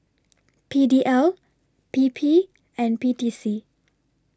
P D L P P and P T C